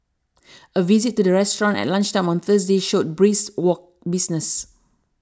a visit to the restaurant at lunchtime on Thursday showed brisk business